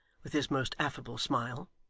with his most affable smile.